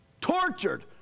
tortured